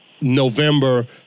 November